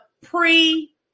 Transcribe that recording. pre